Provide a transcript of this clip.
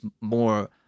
more